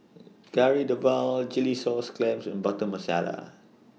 Kari Debal Chilli Sauce Clams and Butter Masala